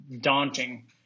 daunting